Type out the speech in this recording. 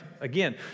Again